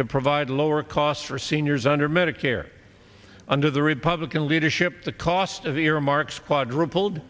to provide lower costs for seniors under medicare under the republican leadership the cost of earmarks quadrupled